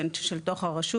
שהן של תוך הרשות.